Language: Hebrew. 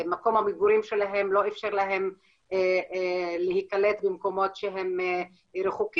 מקום המגורים שלהם לא אפשר להם להיקלט במקומות שהם רחוקים.